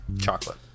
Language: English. chocolate